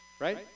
right